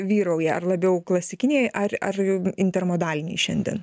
vyrauja ar labiau klasikiniai ar ar intermodaliniai šiandien